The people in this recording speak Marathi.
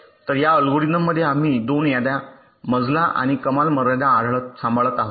तर या अल्गोरिदममध्ये आम्ही 2 याद्या मजला आणि कमाल मर्यादा सांभाळत आहोत